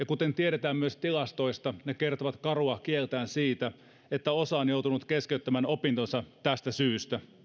kuten tiedetään myös tilastoista ne kertovat karua kieltään siitä että osa on joutunut keskeyttämään opintonsa tästä syystä